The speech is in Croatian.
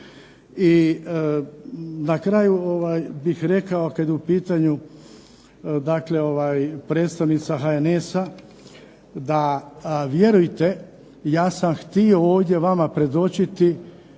I na kraju, bih rekao, kada je u pitanju dakle predstavnica HNS-a da vjerujte ja sam htio ovdje vama predočiti,